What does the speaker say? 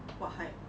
what hype